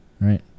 Right